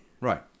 right